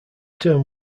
term